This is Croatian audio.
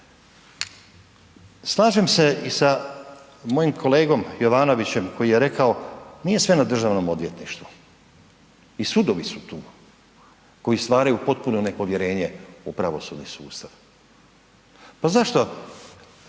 Slažem se i sa mojim kolegom Jovanovićem koji je rekao nije sve na Državnom odvjetništvu i sudovi su tu koji stvaraju potpuno nepovjerenje u pravosudni sustav. Pa zašto